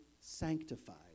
sanctified